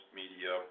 media